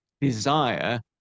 desire